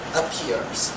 appears